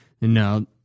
no